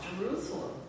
Jerusalem